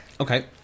Okay